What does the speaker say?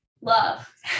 love